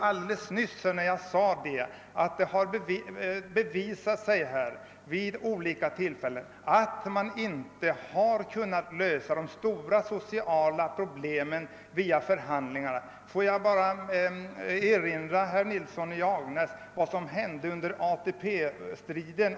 Alldeles nyss framhöll jag att det vid olika tillfällen visat sig, att man inte har kunnat lösa de stora sociala problemen genom förhandlingar. Får jag bara erinra herr Nilsson i Agnäs om vad som hände under ATP-striden.